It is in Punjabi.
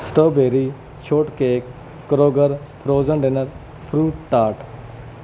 strawberry shortcake Kroger frozen dinner fruit tart